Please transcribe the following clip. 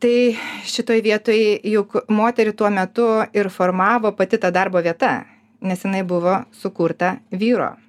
tai šitoj vietoj juk moterį tuo metu ir formavo pati ta darbo vieta nes jinai buvo sukurta vyro